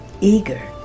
eager